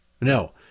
No